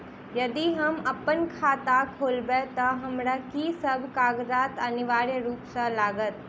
यदि हम अप्पन खाता खोलेबै तऽ हमरा की सब कागजात अनिवार्य रूप सँ लागत?